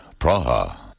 Praha